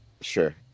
Sure